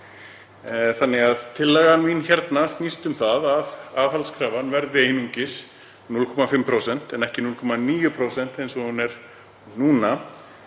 þannig að tillagan mín hérna snýst um það að aðhaldskrafan verði einungis 0,5% en ekki 0,9% eins og hún er núna.